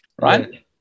right